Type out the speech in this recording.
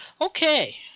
Okay